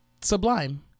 Sublime